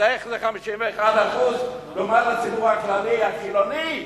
אז איך ל-51% לעומת הציבור הכללי החילוני,